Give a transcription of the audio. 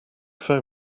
phone